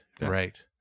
right